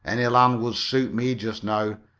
any land would suit me just now,